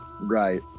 right